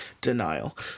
denial